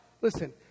Listen